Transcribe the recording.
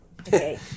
Okay